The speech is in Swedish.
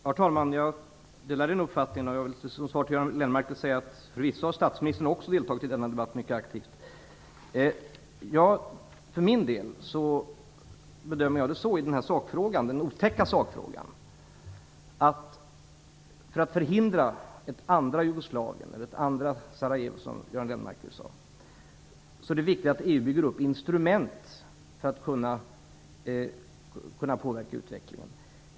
Herr talman! Ja, jag delar den uppfattningen. Jag vill som svar till Göran Lennmarker säga att också statsministern förvisso har deltagit mycket aktivt i denna debatt. För min del bedömer jag det så i sakfrågan, den otäcka sakfrågan, att för att förhindra ett andra Jugoslavien - eller ett andra Sarajevo, som Göran Lennmarker sade - är det viktigt att EU bygger upp instrument för att kunna påverka utvecklingen.